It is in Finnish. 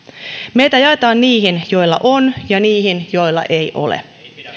meitä jaetaan niihin joilla on ja niihin joilla ei ole